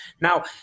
Now